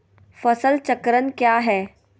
फसल चक्रण क्या है?